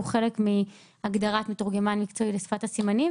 חלק מהגדרת מתורגמן מקצועי לשפת הסימנים,